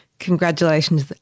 Congratulations